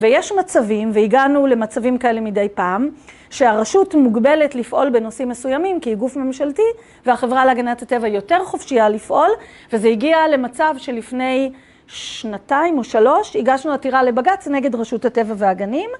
ויש מצבים והגענו למצבים כאלה מדי פעם, שהרשות מוגבלת לפעול בנושאים מסוימים כי היא גוף ממשלתי, והחברה להגנת הטבע יותר חופשייה לפעול, וזה הגיע למצב שלפני שנתיים או שלוש הגשנו עתירה לבגץ נגד רשות הטבע והגנים